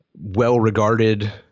well-regarded